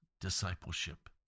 discipleship